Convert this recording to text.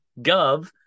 gov